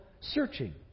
searching